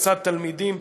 לצד תלמידים